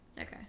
Okay